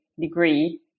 degree